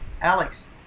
Alex